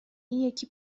یکی